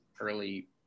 early